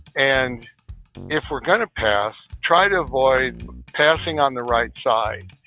and if we're gonna pass, try to avoid passing on the right side,